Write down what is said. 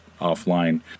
offline